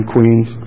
Queens